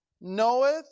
knoweth